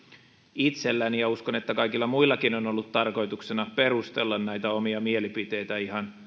itselläni ja uskon että kaikilla muillakin on ollut tarkoituksena perustella omia mielipiteitä ihan